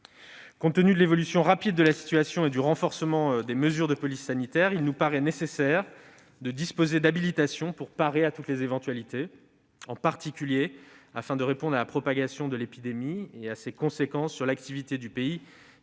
Compte tenu de l'évolution rapide de la situation et du renforcement des mesures de police sanitaire, il nous paraît nécessaire de disposer d'habilitations dans le but de parer à toutes les éventualités, en particulier pour répondre à la propagation de l'épidémie et à ses conséquences sur l'activité du pays.